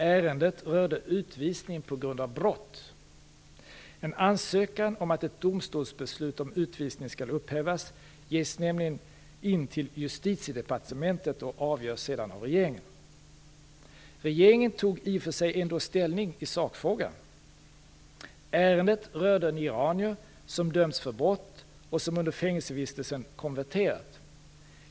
Ärendet gällde utvisning på grund av brott. En ansökan om att ett domstolsbeslut om utvisning skall upphävas lämnas nämligen in till Justitiedepartementet och avgörs sedan av regeringen. Regeringen tog i och för sig ändå ställning i sakfrågan. Ärendet rörde en iranier som dömts för brott och som under fängelsevistelsen konverterat.